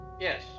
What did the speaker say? Yes